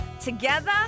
together